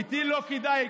איתי לא כדאי.